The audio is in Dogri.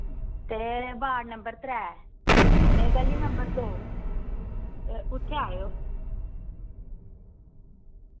ते वार्ड नंबर त्रै ते ग'ली नंबर दो ते उत्थें आओ